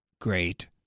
great